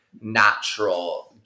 natural